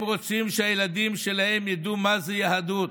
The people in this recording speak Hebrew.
הם רוצים שהילדים שלהם ידעו מה זה יהדות.